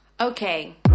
Okay